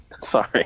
Sorry